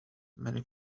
many